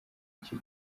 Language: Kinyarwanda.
icyo